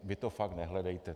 Vy to fakt nehledejte!